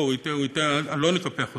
לא, לא נקפח אותך.